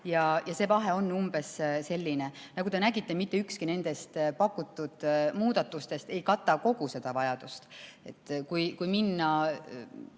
1%. See vahe on umbes selline. Nagu te nägite, mitte ükski pakutud muudatustest ei kata kogu seda vajadust. Kui üle minna